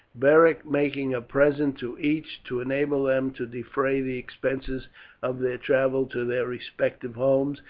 beric making a present to each to enable them to defray the expenses of their travel to their respective homes,